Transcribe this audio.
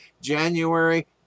January